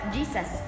Jesus